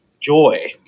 joy